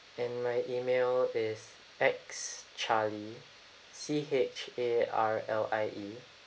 and my E-mail is X charlie C H A R L I E